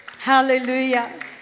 Hallelujah